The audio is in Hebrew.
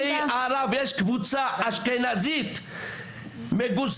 לצערי הרב יש קבוצה אשכנזית גזענית.